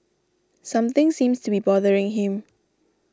something seems to be bothering him